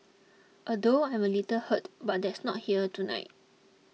although I am a little hurt there is not here tonight